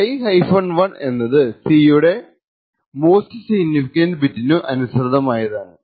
l 1 എന്നത് C യുടെ most significant ബിറ്റിനു അനുസൃതമായതാണ്